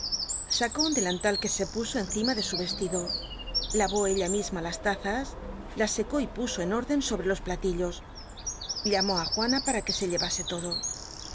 sacó un delantal que se puso encima de su vestido h'ó ella misma las lazas las secó y puso en órdcn bre los platillos llamó á juana para que se llevase todo